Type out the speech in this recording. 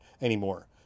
anymore